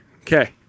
Okay